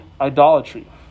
idolatry